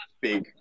big